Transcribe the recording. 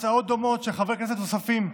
הצעות דומות של חברי כנסת נוספים,